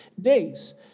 days